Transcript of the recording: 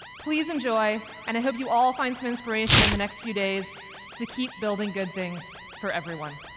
please enjoy, and i hope you all find some inspiration in the next few days to keep building good things for everyone.